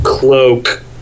Cloak